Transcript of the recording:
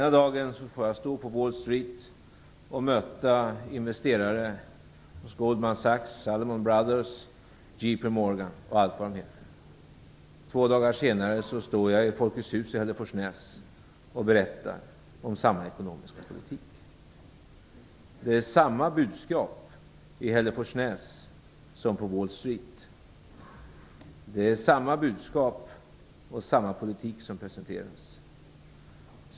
Ena dagen får jag stå på Wall Street och möta investerare hos bl.a. Goldman Sachs, Salomon Brothers och J P Morgan. Två dagar senare står jag i Folkets hus i Hälleforsnäs och berättar om samma ekonomiska politik. Det är samma budskap i Hälleforsnäs som på Wall Street. Det är samma budskap och samma politik som presenteras.